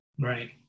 Right